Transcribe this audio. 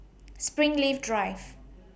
Springleaf Drive